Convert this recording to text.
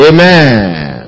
Amen